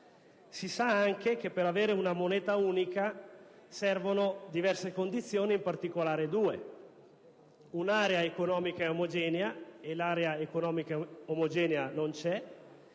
Si sa anche che per avere una moneta unica servono diverse condizioni, ed in particolare due: un'area economica omogenea (e l'area economica omogenea non c'è)